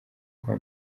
kwa